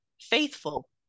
faithful